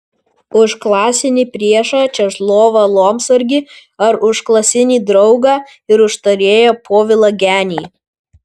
už klasinį priešą česlovą lomsargį ar už klasinį draugą ir užtarėją povilą genį